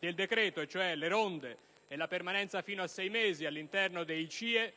del decreto (cioè le ronde e la permanenza fino a sei mesi all'interno dei CIE),